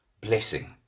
blessing